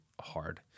hard